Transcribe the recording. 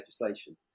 legislation